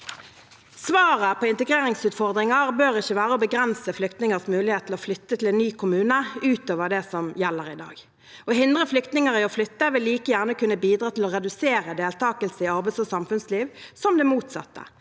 Svaret på integreringsutfordringer bør ikke være å begrense flyktningers mulighet til å flytte til en ny kommune utover det som gjelder i dag. Å hindre flyktninger i å flytte, vil like gjerne kunne bidra til å redusere deltakelse i arbeids- og samfunnsliv, som det motsatte.